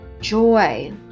joy